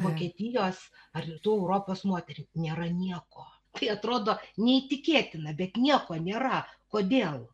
vokietijos ar rytų europos moterim nėra nieko tai atrodo neįtikėtina bet nieko nėra kodėl